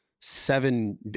seven